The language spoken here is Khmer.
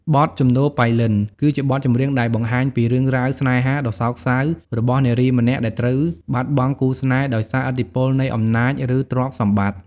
បទ ជំនោរប៉ៃលិន គឺជាបទចម្រៀងដែលបង្ហាញពីរឿងរ៉ាវស្នេហាដ៏សោកសៅរបស់នារីម្នាក់ដែលត្រូវបាត់បង់គូស្នេហ៍ដោយសារឥទ្ធិពលនៃអំណាច ឬទ្រព្យសម្បត្តិ។